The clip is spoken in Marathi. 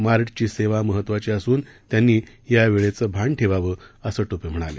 मार्डची सेवा महत्वाची असून त्यांनी या वेळेचं भान ठेवावं असं टोपे म्हणाले